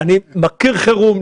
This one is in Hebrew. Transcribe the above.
אני מכיר חירום,